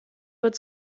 wird